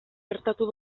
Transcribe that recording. gertatu